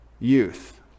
Youth